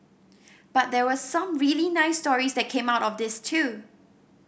but there were some really nice stories that came out of this too